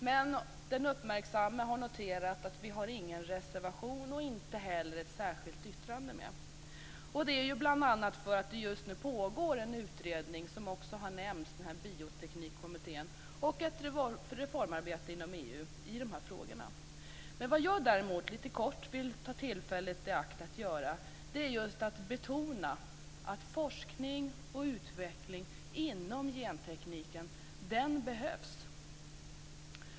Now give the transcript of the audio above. Men den uppmärksamme har noterat att vi inte har någon reservation och inte heller ett särskilt yttrande. Det har vi inte bl.a. för att det just nu pågår en utredning, Bioteknikkommittén, som också har nämnts och ett reformarbete inom EU i de här frågorna. Jag vill däremot lite kort ta tillfället i akt att betona att forskning och utveckling inom gentekniken behövs.